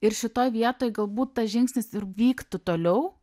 ir šitoj vietoj galbūt tas žingsnis ir vyktų toliau